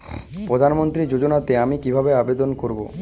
প্রধান মন্ত্রী যোজনাতে আমি কিভাবে আবেদন করবো?